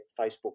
Facebook